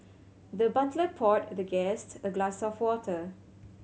the butler poured the guest a glass of water